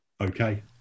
Okay